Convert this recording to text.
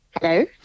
Hello